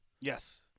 Yes